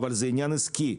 אבל זה עניין עסקי.